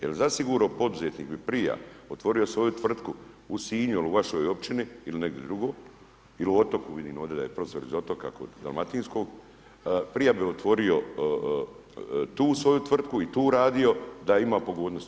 Jer zasigurno poduzetnik bi prija otvorio svoju tvrtku u Sinju il u vašoj općini, il negdi drugo, il u Otoku, vidim ode da je profesor iz Otoka kod dalmatinskog, prije bi otvorio tu svoju tvrtku i tu radio da je ima pogodnosti.